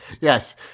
yes